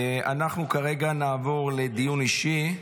אנחנו כרגע נעבור לדיון אישי.